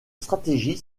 stratégie